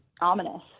ominous